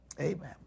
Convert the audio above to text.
Amen